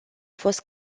fost